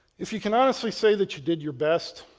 if you can honestly say that you did your best,